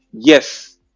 yes